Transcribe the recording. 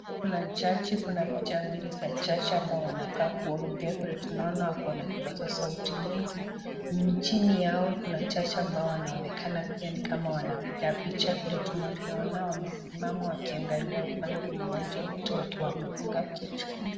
Kuna chaji, kuna picha mbili za chaji ambayo wanakaa kuongea, vile tunaona wako na kipaasa sauti mingi. Chini yao kuna jaji ambao wanaonekana pia ni kama wanapiga picha. Ndio tunavyoona wamesimama wakiangalia upande mmoja na wote wamefunga kichwa.